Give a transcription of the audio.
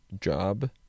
job